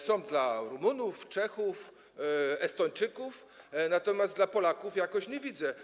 Są dla Rumunów, Czechów, Estończyków, natomiast dla Polaków jakoś nie widzę.